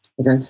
Okay